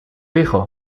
hijo